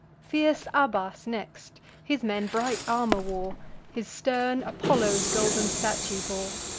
fierce abas next his men bright armor wore his stern apollo's golden statue bore.